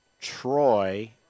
Troy